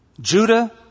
Judah